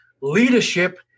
Leadership